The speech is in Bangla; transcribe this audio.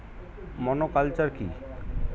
মনোকালচার কি?